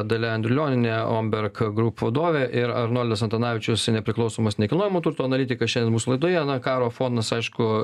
dalia andrulionienė omberg group vadovė ir arnoldas antanavičius nepriklausomas nekilnojamo turto analitikas šiandien mūsų laidoje na karo fonas aišku